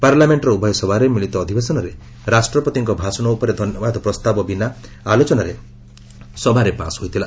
ପାର୍ଲାମେଷ୍ଟର ଉଭୟ ସଭାର ମିଳିତ ଅଧିବେଶନରେ ରାଷ୍ଟ୍ରପତିଙ୍କ ଭାଷଣ ଉପରେ ଧନ୍ୟବାଦ ପ୍ରସ୍ତାବ ବିନା ଆଲୋଚନାରେ ସଭାରେ ପାସ୍ ହୋଇଥିଲା